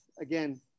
again